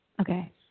Okay